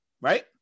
Right